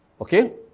Okay